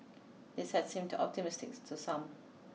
this has seemed optimistic to some